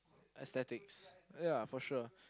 aesthetics ya for sure